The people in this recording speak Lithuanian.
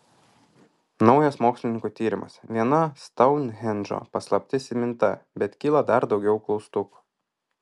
naujas mokslininkų tyrimas viena stounhendžo paslaptis įminta bet kyla dar daugiau klaustukų